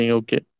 okay